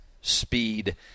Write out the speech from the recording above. speed